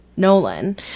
nolan